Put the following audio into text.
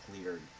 cleared